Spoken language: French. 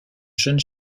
jeunes